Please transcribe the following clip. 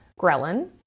ghrelin